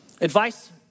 Advice